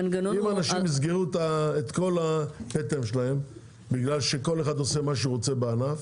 אנשים יסגרו את כל הפטם שלהם בגלל שכל אחד עושה מה שהוא רוצה בענף.